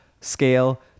scale